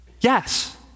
Yes